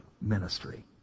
ministry